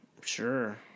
Sure